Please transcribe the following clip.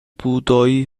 بودایی